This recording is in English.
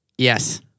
Yes